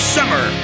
Summer